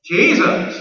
Jesus